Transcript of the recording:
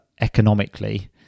economically